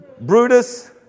Brutus